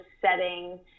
setting